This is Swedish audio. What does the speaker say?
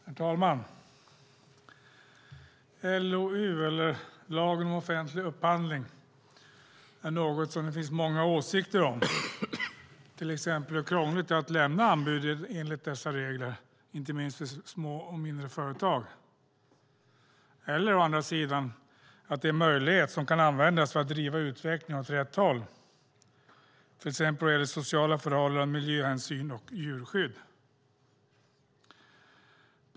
Herr talman! LOU, lagen om offentlig upphandling, är något som det finns många åsikter om, till exempel hur krångligt det är att lämna anbud enligt dessa regler inte minst för små och mindre företag eller att lagen å andra sidan är en möjlighet som kan användas för att driva utvecklingen åt rätt håll till exempel vad gäller sociala förhållanden, miljöhänsyn och djurskydd.